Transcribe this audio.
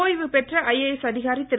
ஓய்வு பெற்ற ஐஏஎஸ் அதிகாரி திரு